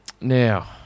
Now